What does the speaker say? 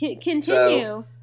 continue